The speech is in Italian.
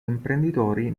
imprenditori